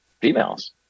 females